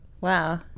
Wow